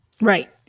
right